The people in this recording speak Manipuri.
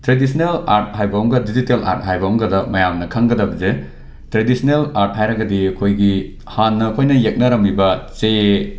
ꯇ꯭ꯦꯗꯤꯁ꯭ꯅꯦꯜ ꯑꯥꯔꯠ ꯍꯥꯏꯕ ꯑꯃꯒ ꯗꯤꯖꯤꯇꯦꯜ ꯑꯥꯔꯠ ꯍꯥꯏꯕ ꯑꯃꯒꯗ ꯃꯌꯥꯝꯅ ꯈꯪꯒꯗꯕꯁꯦ ꯇ꯭ꯔꯦꯗꯤꯁ꯭ꯅꯦꯜ ꯑꯥꯔꯠ ꯍꯥꯏꯔꯒꯗꯤ ꯑꯩꯈꯣꯏꯒꯤ ꯍꯥꯟꯅ ꯑꯩꯈꯣꯏꯅ ꯌꯦꯛꯅꯔꯝꯃꯤꯕ ꯆꯦ